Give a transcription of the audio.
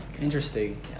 interesting